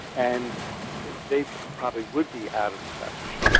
and they probably would be out of touch.